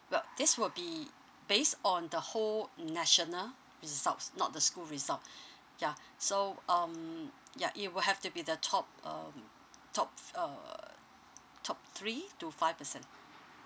well this will be based on the whole national results not the school result yeah so um ya you will have to be the top um top f~ uh top three to five percent